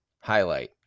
highlight